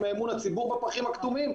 בפחים הכתומים.